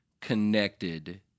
connected